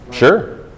Sure